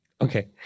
Okay